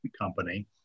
company